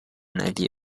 negli